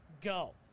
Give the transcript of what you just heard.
go